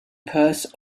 perth